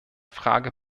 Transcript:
frage